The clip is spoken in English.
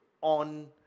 on